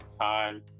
time